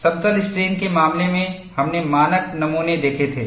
समतल स्ट्रेन के मामले में हमने मानक नमूने देखे थे